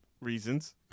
reasons